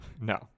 No